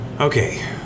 Okay